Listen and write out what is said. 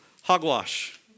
Hogwash